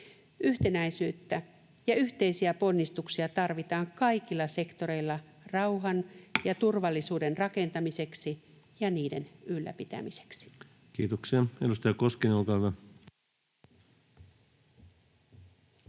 Yhtenäisyyttä ja yhteisiä ponnistuksia tarvitaan kaikilla sektoreilla rauhan ja turvallisuuden rakentamiseksi ja niiden ylläpitämiseksi. Kiitoksia. — Edustaja Koskinen, olkaa hyvä.